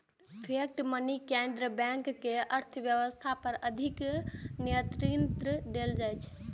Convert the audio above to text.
fiat money केंद्रीय bank कें अर्थव्यवस्था पर अधिक नियंत्रण दै छै